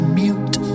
mute